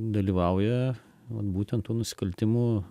dalyvauja vat būtent tų nusikaltimų